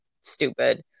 stupid